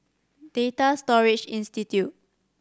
Data Storage Institute